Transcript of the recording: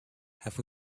have